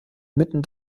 mitten